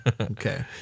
Okay